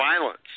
violence